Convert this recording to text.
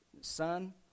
son